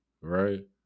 right